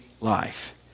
life